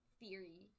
theory